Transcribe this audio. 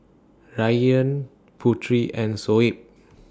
Ryan Putri and Shoaib